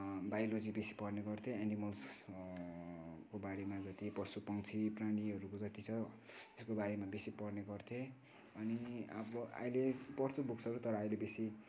biology बेसी पढ्ने गर्थेँ एनिमल्स को बारेमा जति पशु पक्षी प्राणीहरूको जति छ त्यसको बारेमा बेसी पढ्ने गर्थेँ अनि अब अहिले पढ्छु बुक्सहरू तर अहिले बेसी